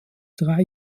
drei